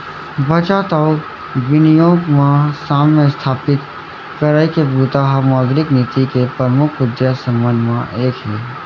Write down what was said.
बचत अउ बिनियोग म साम्य इस्थापित करई के बूता ह मौद्रिक नीति के परमुख उद्देश्य मन म एक हे